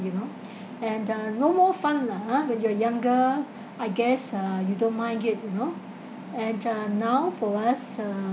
you know and uh no more fun lah ah when you are younger I guess uh you don't mind get you know and uh now for us uh